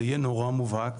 זה יהיה נורא מובהר,